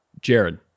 Jared